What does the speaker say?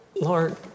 Lord